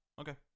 Okay